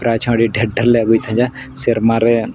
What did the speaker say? prize ᱦᱚᱸ ᱟᱹᱰᱤ ᱰᱷᱮᱨ ᱰᱷᱮᱨᱞᱮ ᱟᱹᱜᱩᱭᱮᱫ ᱛᱟᱦᱮᱸᱫᱼᱟ ᱥᱮᱨᱢᱟ ᱨᱮ